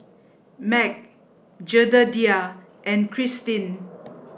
Meg Jedediah and Kristyn